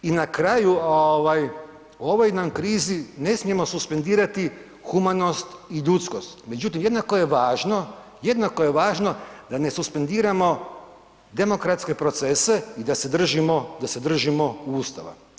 I na kraju ovaj, u ovoj nam krizi ne smijemo suspendirati humanost i ljudskost, međutim jednako je važno, jednako je važno da ne suspendiramo demokratske procese i da se držimo, da se držimo Ustava.